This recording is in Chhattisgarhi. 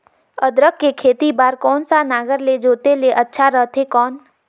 अदरक के खेती बार कोन सा नागर ले जोते ले अच्छा रथे कौन?